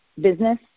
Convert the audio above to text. business